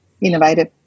innovative